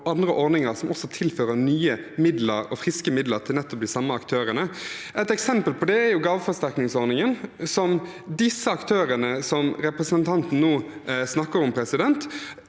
andre ordninger som også tilfører nye, friske midler til de samme aktørene. Et eksempel på det er gaveforsterkningsordningen. De aktørene som representanten nå snakker om, er